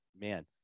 man